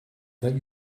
that